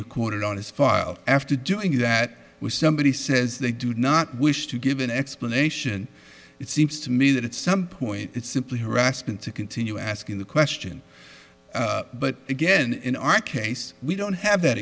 recorded on his file after doing that with somebody says they do not wish to give an explanation it seems to me that at some point it simply harassment to continue asking the question but again in our case we don't have that